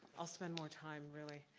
i'll spend more time really.